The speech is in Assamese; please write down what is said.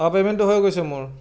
অঁ পে'মেণ্টো হৈ গৈছে মোৰ